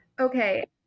Okay